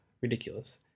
ridiculous